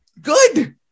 good